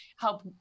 help